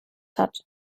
hat